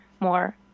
more